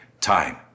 time